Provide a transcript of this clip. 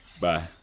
Bye